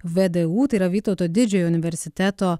vdu tai yra vytauto didžiojo universiteto